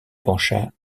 pencha